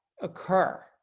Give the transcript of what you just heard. occur